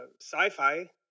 sci-fi